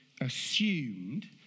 assumed